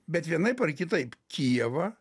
bet vienaip ar kitaip kijevą